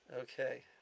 Okay